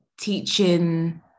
teaching